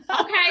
okay